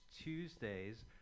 Tuesdays